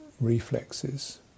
reflexes